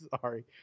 Sorry